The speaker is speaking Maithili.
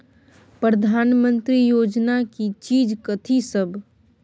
प्रधानमंत्री योजना की चीज कथि सब?